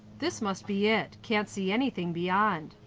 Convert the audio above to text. this must be it. can't see anything beyond.